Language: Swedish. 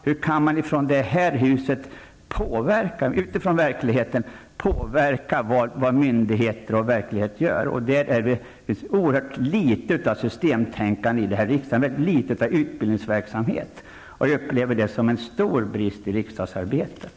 Hur kan riksdagen, med utgångspunkt i verkligheten, påverka vad myndigheter gör? Det är för litet av systemtänkande här i riksdagen och för litet av utbildningsverksamhet. Jag upplever det som en stor brist i riksdagsarbetet.